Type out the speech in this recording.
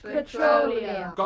Petroleum